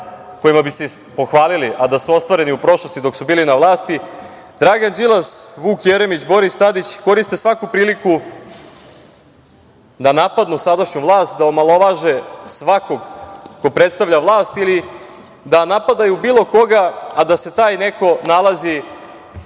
kojima bi se pohvalili, a da su ostvareni u prošlosti dok su bili na vlasti, Dragan Đilas, Vuk Jeremić, Boris Tadić koriste svaku priliku da napadnu sadašnju vlast, da omalovaže svakog ko predstavlja vlast ili da napadaju bilo koga, a da se taj neko nalazi